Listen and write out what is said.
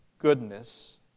goodness